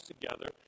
together